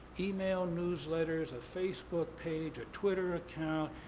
email newsletters, a facebook page, a twitter account,